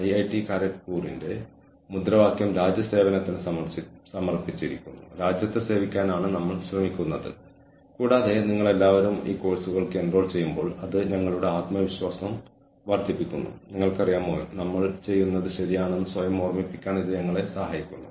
നമ്മുടെ രേഖകൾ പരിപാലിക്കുന്നതിൽ നമ്മൾക്ക് കൂടുതൽ വ്യക്തത ഉണ്ടാകുമ്പോൾ നമ്മൾ കൂടുതൽ വസ്തുനിഷ്ഠമാകുമ്പോൾ കൂടാതെ വ്യവസ്ഥാപിതമായി കാര്യങ്ങൾ ചെയ്യുകയാണെങ്കിൽ കൂടുതൽ ലാഭം നമുക്ക് നേടാൻ കഴിയും അല്ലെങ്കിൽ അത് തന്ത്രപരമായ ലക്ഷ്യങ്ങൾ ഓർഗനൈസേഷനുമായും ആ തന്ത്രപരമായ ലക്ഷ്യങ്ങൾ കൈവരിക്കുന്നതിനായി എന്താണ് ആവശ്യമുള്ളത് അതുമായും ക്രമീകരിക്കുന്നതിന് എന്താണ് വേണ്ടത് എന്നത് കൂടുതൽ വ്യക്തമാകും